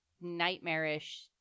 nightmarish